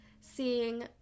seeing